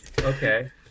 Okay